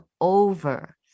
over